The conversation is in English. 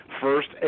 first